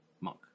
Monk